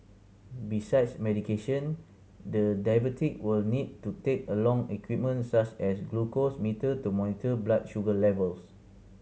besides medication the diabetic will need to take along equipment such as a glucose meter to monitor blood sugar levels